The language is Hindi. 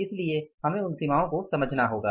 इसलिए हमें उन सीमाओं को समझना होगा